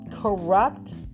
corrupt